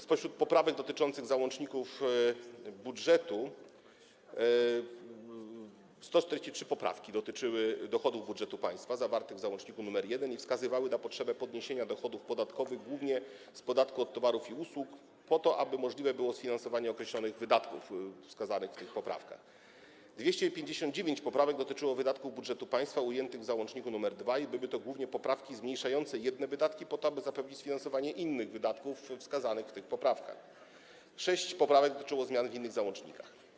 Spośród poprawek dotyczących załączników budżetu: 143 poprawki dotyczyły dochodów budżetu państwa zawartych w załączniku nr 1 i wskazywały na potrzebę podniesienia dochodów podatkowych, głównie z podatku od towarów i usług, po to aby możliwe było sfinansowanie określonych wydatków wskazanych w tych poprawkach; 259 poprawek dotyczyło wydatków budżetu państwa ujętych w załączniku nr 2 i były to głównie poprawki zmniejszające jedne wydatki po to, aby zapewnić sfinansowanie innych wydatków wskazanych w tych poprawkach; sześć poprawek dotyczyło zmian w innych załącznikach.